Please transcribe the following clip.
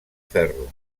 ferro